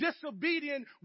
disobedient